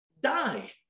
Die